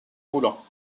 roulant